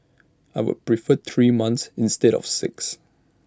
I would prefer three months instead of six